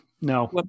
no